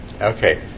Okay